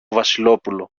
βασιλόπουλο